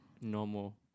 normal